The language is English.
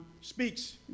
speaks